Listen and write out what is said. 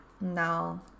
no